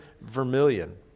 vermilion